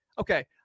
Okay